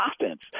offense